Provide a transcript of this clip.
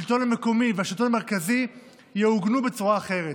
הגיע הזמן שיחסי השלטון המקומי והשלטון המרכזי יעוגנו בצורה אחרת.